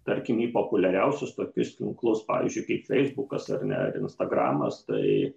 tarkim į populiariausius tokius tinklus pavyzdžiui kaip feisbukas ar ne ar instagramas tai